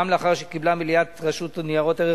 גם לאחר שקיבלה מליאת רשות ניירות ערך